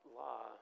law